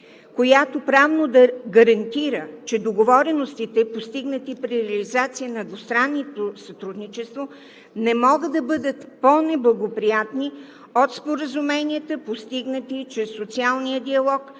която пряко да гарантира, че договореностите, постигнати при реализация на двустранното сътрудничество, не могат да бъдат по-неблагоприятни от споразуменията, постигнати чрез социалния диалог